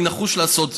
ואני נחוש לעשות זאת.